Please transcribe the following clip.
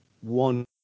one